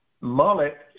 mullet